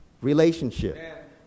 relationship